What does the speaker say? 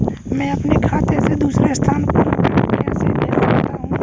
मैं अपने बैंक खाते से दूसरे स्थान पर रुपए कैसे भेज सकता हूँ?